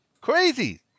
Crazy